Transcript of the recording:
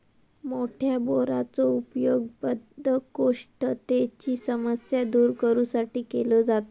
मोठ्या बोराचो उपयोग बद्धकोष्ठतेची समस्या दूर करू साठी केलो जाता